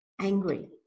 angry